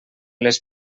les